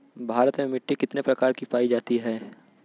भारत में मिट्टी कितने प्रकार की पाई जाती हैं?